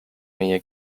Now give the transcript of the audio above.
meie